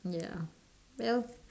ya well